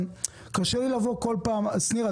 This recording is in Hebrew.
וקשה לי לבוא כל פעם שניר,